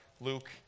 Luke